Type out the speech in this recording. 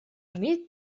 имеет